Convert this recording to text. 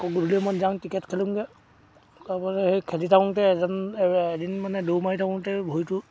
আকৌ গধূলি সময়ত যাওঁ ক্ৰিকেট খেলোঁগৈ তাৰপাছত সেই খেলি থাকোঁতে এজন এদিন মানে দৌৰ মাৰি থাকোঁতে ভৰিটো